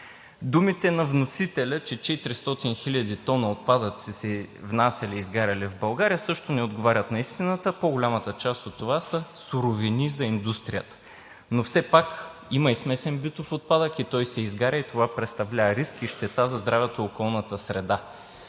Думите на вносителя, че 400 хил. тона отпадъци се внасяли и изгаряли в България, също не отговарят на истината, а по-голямата част от това са суровини за индустрията. Но все пак има и смесен битов отпадък, той се изгаря и това представлява риск и щета за здравето и околната среда.